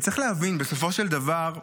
צריך להבין, בסופו של דבר,